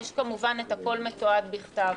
יש כמובן את הכול מתועד בכתב.